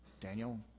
Daniel